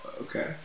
okay